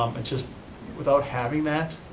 um and just without having that,